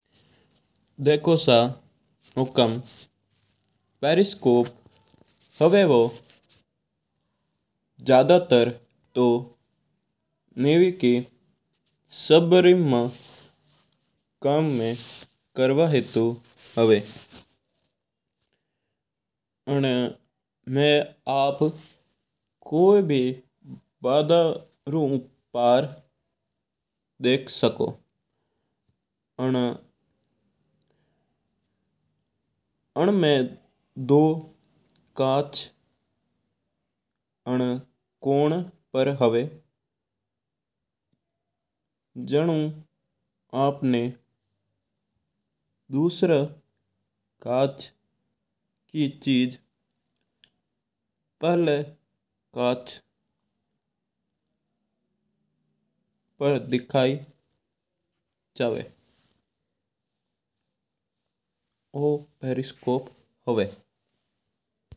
देखो सा हुकम पेरिस्कोप होवो हूवो ज्यादा तू नया री मैना करवा हेतो आवा। उन्न मा आप कोई बादा रू पर देख सको हू उनमा दो कांच और कोण पर हूव जणूंआपना दुसरा कांच की चीज पहली कांच पर देखाई जवा।